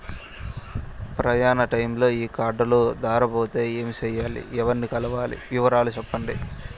ప్రయాణ టైములో ఈ కార్డులు దారబోతే ఏమి సెయ్యాలి? ఎవర్ని కలవాలి? వివరాలు సెప్పండి?